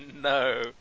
No